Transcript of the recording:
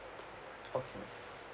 okay